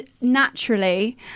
naturally